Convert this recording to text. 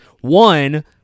one